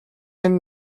хэн